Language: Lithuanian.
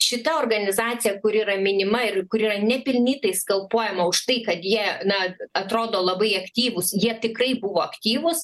šita organizacija kuri yra minima ir kuri yra nepelnytai skalpuojama už tai kad jie na atrodo labai aktyvūs jie tikrai buvo aktyvūs